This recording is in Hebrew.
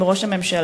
עם ראש הממשלה.